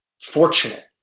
fortunate